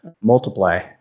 multiply